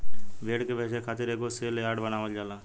भेड़ के बेचे खातिर एगो सेल यार्ड बनावल जाला